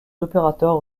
opérateurs